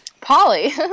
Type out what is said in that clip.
Polly